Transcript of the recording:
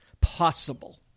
possible